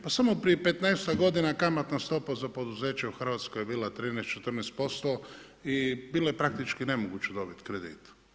Pa samo prije 15ak godina kamatna stopa za poduzeće u Hrvatskoj je bila 13, 14% i bilo je praktički nemoguće dobit kredit.